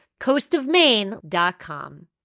coastofmaine.com